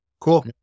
Cool